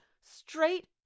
straight